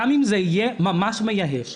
גם אם זה יהיה ממש מייאש.